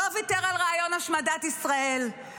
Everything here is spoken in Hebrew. לא ויתר על רעיון השמדת ישראל,